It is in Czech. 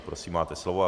Prosím, máte slovo.